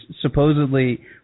supposedly